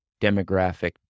demographic